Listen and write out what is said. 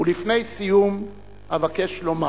ולפני סיום, אבקש לומר,